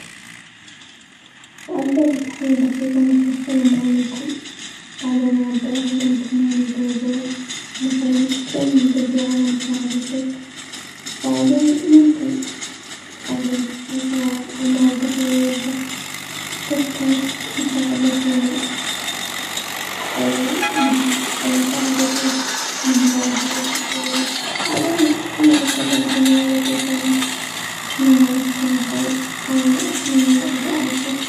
سابدأ بتحية بسيطة مثل السلام عليكم، بعدين اعبر عن امتناني بوضوح مثلا شكرا من قلبي على مساعدتك، بعدين ممكن اضيف مثال او موقف يوضح كيف كانت مساعدته لي او مهم-مساعدته مهمة لهذيك الدرجة بعدين اختم الرسالة بجملة لطيفة مثل اتمنى لك كل خير او اتمنى الاخر.